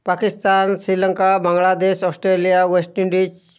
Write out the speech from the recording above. Pakistan Sri Lanka Bangladesh Australia West Indies